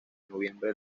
noviembre